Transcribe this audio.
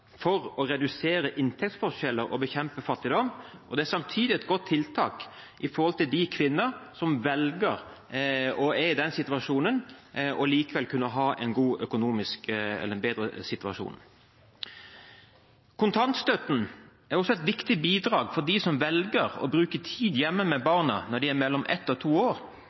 et godt tiltak for at de kvinnene som er i den situasjonen, skal kunne ha en bedre økonomisk situasjon. Kontantstøtten er også et viktig bidrag til dem som velger å bruke tid hjemme med barna når de er mellom ett og to år,